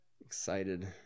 excited